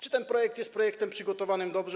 Czy ten projekt jest projektem przygotowanym dobrze?